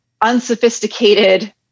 unsophisticated